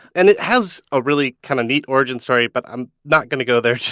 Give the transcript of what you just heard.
and it has a really kind of neat origin story, but i'm not going to go there today.